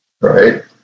right